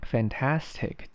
Fantastic，